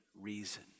reason